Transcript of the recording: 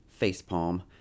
facepalm